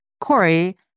Corey